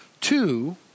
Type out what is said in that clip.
Two